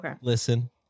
listen